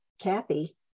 Kathy